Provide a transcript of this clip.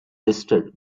listed